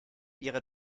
ihrer